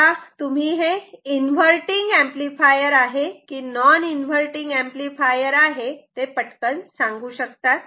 आता तुम्ही हे इन्व्हर्टटिंग एंपलीफायर आहे की नॉन इन्व्हर्टटिंग एंपलीफायर आहे ते पटकन सांगू शकतात